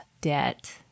debt